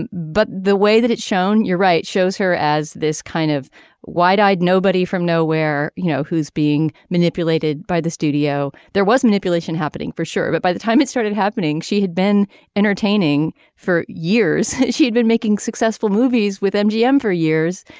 and but the way that it's shown you're right shows her as this kind of wide eyed nobody from nowhere you know who's being manipulated by the studio. there wasn't adulation happening for sure. but by the time it started happening she had been entertaining for years she'd been making successful movies with mgm for years.